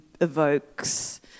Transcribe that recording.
evokes